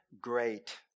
great